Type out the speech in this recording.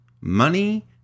money